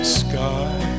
sky